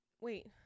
wait